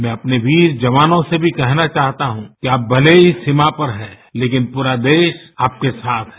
मैं वीर जवानों से भी कहना चाहता हूं कि आप भले ही सीमा पर हैं लेकिन पूरा देश आपके साथ है